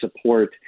support